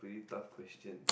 pretty tough question